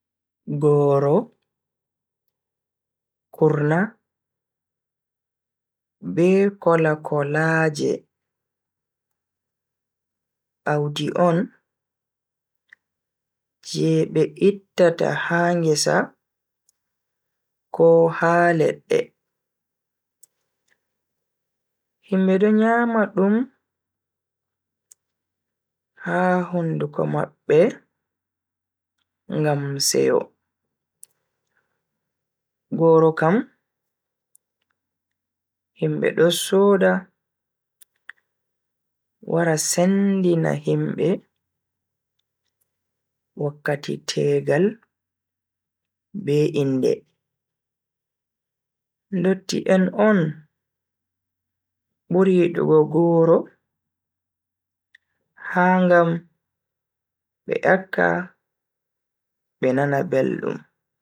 Goro, kurna, be kolakolaaje. Audi on je be ittata ha ngesa ko ha ledde, himbe do nyama dum ha hunduko mabbe ngam seyo. Goro kam himbe do soda wara sendina himbe wakkati tegal be inde. Ndotti en on buri yidugo goro ha ngam be yakka be nana beldum.